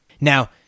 Now